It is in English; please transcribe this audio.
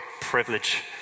privilege